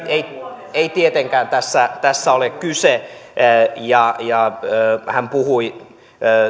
ei ei tietenkään tässä tässä ole kyse hän puhui